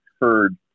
heard